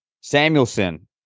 Samuelson